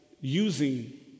using